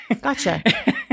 Gotcha